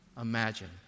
Imagine